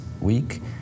week